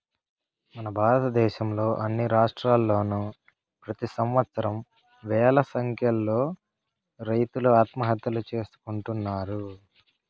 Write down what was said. మన భారతదేశంలో అన్ని రాష్ట్రాల్లోనూ ప్రెతి సంవత్సరం వేల సంఖ్యలో రైతులు ఆత్మహత్యలు చేసుకుంటున్నారు